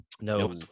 No